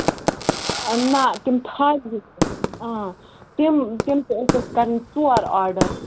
آ نہ تِم تھایہِ تِم تِم تہِ ٲس اَسہِ کَرٕنۍ ژور آرڈَر